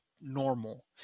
normal